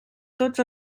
tots